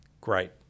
great